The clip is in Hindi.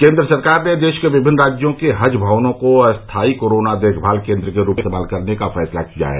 केन्द्र सरकार ने देश के विभिन्न राज्यों के हज भवनों को अस्थायी कोरोना देखभाल केन्द्र के रूप में इस्तेमाल करने का फैसला किया है